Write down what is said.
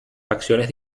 facciones